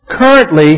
currently